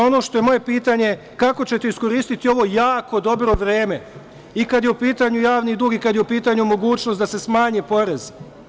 Ono što je moje pitanje je – kako ćete iskoristiti ovo jako dobro vreme i kad je u pitanju javni dug i kad je u pitanju mogućnost da se smanji porez?